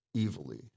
evilly